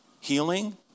Healing